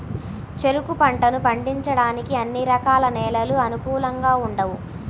చెరుకు పంటను పండించడానికి అన్ని రకాల నేలలు అనుకూలంగా ఉండవు